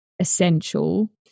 essential